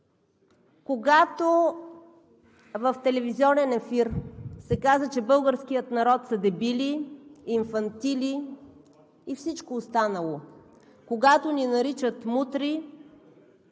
когато в телевизионен ефир се каза, че българският народ са „дебили“, „инфантили“ и всичко останало, когато ни наричат „мутри“,